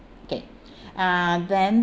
okay uh then